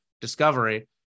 discovery